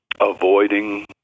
avoiding